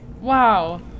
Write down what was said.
wow